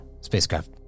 spacecraft